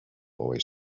boy